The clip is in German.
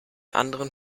anderen